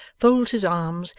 folds his arms,